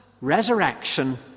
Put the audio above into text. resurrection